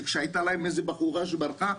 וכשהייתה להם איזו בחורה שברחה,